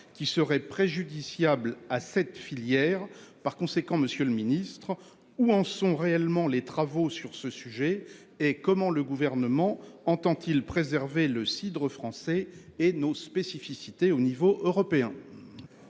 qui serait préjudiciable à cette filière. Par conséquent, Monsieur le Ministre où en sont réellement les travaux sur ce sujet et comment le gouvernement entend-il préserver le cidre français et nos spécificités au niveau européen.